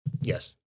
Yes